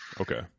okay